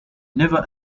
never